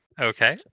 Okay